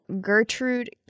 Gertrude